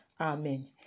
Amen